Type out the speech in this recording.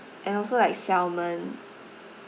and also like salmon